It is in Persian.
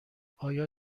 آیا